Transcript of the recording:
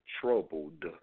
troubled